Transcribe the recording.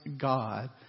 God